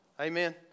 Amen